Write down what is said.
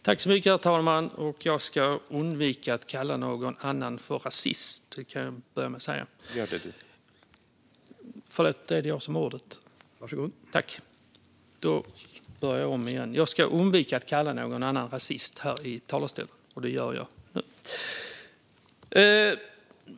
Herr talman! Jag börjar med att säga att jag ska undvika att kalla någon annan rasist. : Gör det du!) Det är väl jag som har ordet? Jag börjar om. Jag ska undvika att kalla någon annan rasist här i talarstolen.